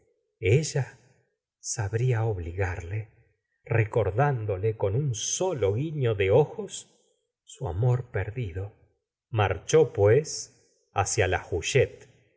ella sabría obligarle recordándole con un solo guiño de ojos su amor perdido marchó pues hacia la huchette